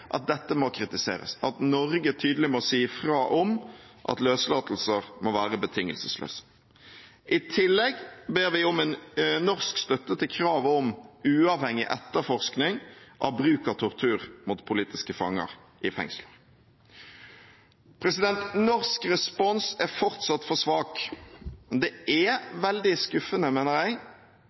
at dette må kritiseres, at Norge tydelig må si fra om at løslatelser må være betingelsesløse. I tillegg ber vi om norsk støtte til kravet om uavhengig etterforskning av bruk av tortur mot politiske fanger i fengsel. Norsk respons er fortsatt for svak, og det er veldig skuffende, mener jeg,